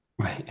Right